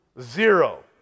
zero